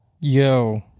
yo